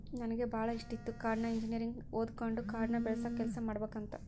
ನನಗೆ ಬಾಳ ಇಷ್ಟಿತ್ತು ಕಾಡ್ನ ಇಂಜಿನಿಯರಿಂಗ್ ಓದಕಂಡು ಕಾಡ್ನ ಬೆಳಸ ಕೆಲ್ಸ ಮಾಡಬಕಂತ